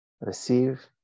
receive